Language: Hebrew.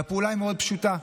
והפעולה היא מאוד פשוטה.